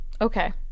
Okay